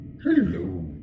Hello